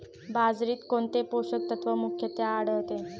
बाजरीत कोणते पोषक तत्व मुख्यत्वे आढळते?